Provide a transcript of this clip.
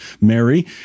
Mary